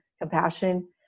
compassion